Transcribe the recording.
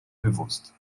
bewusst